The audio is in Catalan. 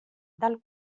del